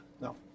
No